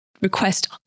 request